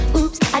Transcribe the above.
Oops